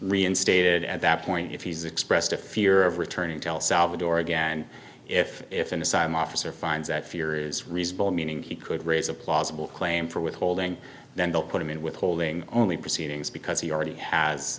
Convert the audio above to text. reinstated at that point if he's expressed a fear of returning tell salvatore again if if an asylum officer finds that fear is reasonable meaning he could raise a plausible claim for withholding then they'll put him in withholding only proceedings because he already has